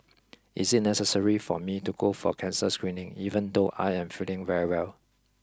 is it necessary for me to go for cancer screening even though I am feeling very well